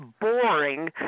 boring